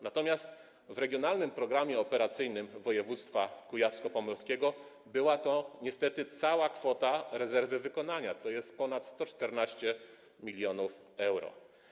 Natomiast w przypadku Regionalnego Programu Operacyjnego Województwa Kujawsko-Pomorskiego była to niestety cała kwota rezerwy wykonania, tj. ponad 114 mln euro.